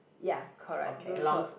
ya correct blue top